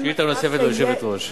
שאילתא נוספת ליושבת-ראש.